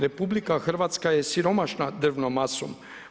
RH je siromašna drvnom masom.